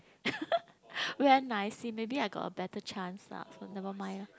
wear nicely maybe I got a better chance lah so never mind ah